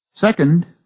Second